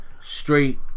straight